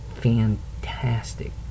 fantastic